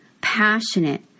passionate